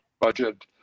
budget